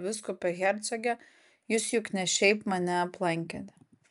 vyskupe hercoge jūs juk ne šiaip mane aplankėte